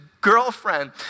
girlfriend